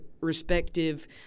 respective